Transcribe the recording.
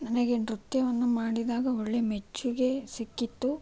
ನನಗೆ ನೃತ್ಯವನ್ನು ಮಾಡಿದಾಗ ಒಳ್ಳೆ ಮೆಚ್ಚುಗೆ ಸಿಕ್ಕಿತ್ತು